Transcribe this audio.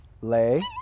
Lay